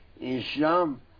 Islam